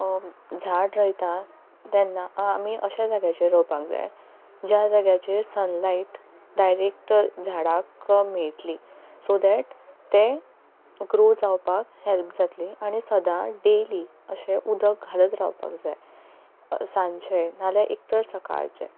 झाड रोयता तेन्ना आमी अश्या जाग्याचेर रोवपाक जाय ज्या जाग्याचेर सनलाइट डायरेक्ट झाडाक मेळटली सो डॅट ते ग्रो जावपाक हॅल्प जातली आनी सदांच डेयली अशें उदक घालत रावपाक जाय साजचे ना जाल्यार एक तर सकाळचें